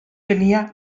tenia